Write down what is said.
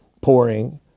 pouring